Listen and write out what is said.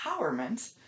empowerment